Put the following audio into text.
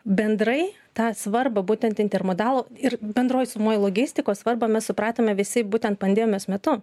bendrai tą svarbą būtent intermodalo ir bendroj sumoj logistikos svarbą mes supratome visi būtent pandemijos metu